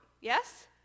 Yes